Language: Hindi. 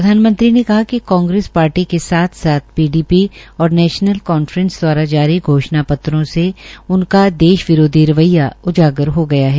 प्रधानमंत्री ने कहा कि कांगेस पार्टी के साथ साथ पीडीपी और नैशनल कांफ्रेस दवारा जारी घोषणा पत्रो से उनके देश विरोधी रवैया उजागर हो गया है